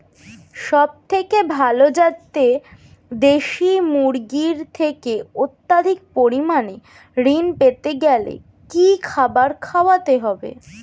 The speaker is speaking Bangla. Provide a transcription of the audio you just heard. সবথেকে ভালো যাতে দেশি মুরগির থেকে অত্যাধিক পরিমাণে ঋণ পেতে গেলে কি খাবার খাওয়াতে হবে?